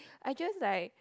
I just like